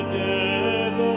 death